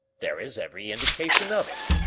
there is every indication of it.